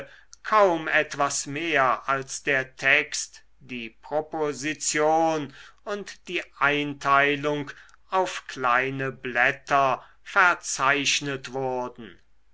kaum etwas mehr als der text die proposition und die einteilung auf kleine blätter verzeichnet wurden